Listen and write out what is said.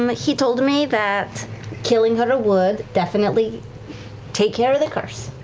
um he told me that killing her would definitely take care of the curse.